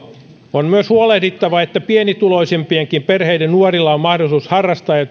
on myös huolehdittava että pienituloisimpienkin perheiden nuorilla on mahdollisuus harrastaa ja